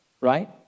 right